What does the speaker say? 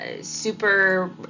super